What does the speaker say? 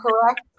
correct